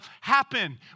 happen